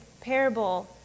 parable